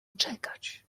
czekać